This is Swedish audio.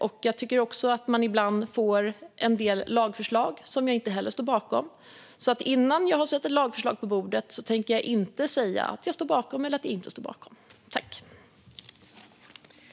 Och ibland får vi en del lagförslag som jag inte heller står bakom, så innan jag ser ett lagförslag på bordet tänker jag inte säga att jag står bakom något eller inte står bakom något.